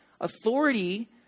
Authority